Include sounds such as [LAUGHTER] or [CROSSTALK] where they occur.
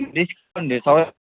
[UNINTELLIGIBLE]